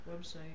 website